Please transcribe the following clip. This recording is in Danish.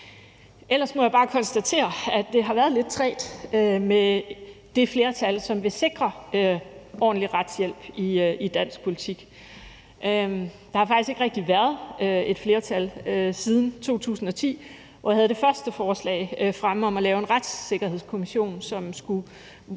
Ellers må jeg bare konstatere, at det har været lidt trægt med det flertal i dansk politik, som vil sikre en ordentlig retshjælp. Ja, der har faktisk ikke rigtig været et flertal siden 2010, hvor jeg havde det første forslag fremme om at lave en retssikkerhedskommission, som skulle afdække,